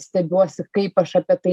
stebiuosi kaip aš apie tai